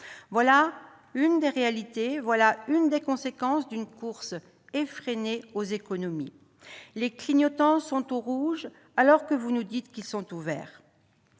Voilà la réalité, l'une des conséquences d'une course effrénée aux économies. Les clignotants sont au rouge, alors que vous nous dites qu'ils sont au vert.